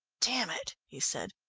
damn it, he said.